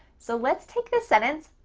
so let's take the sentence,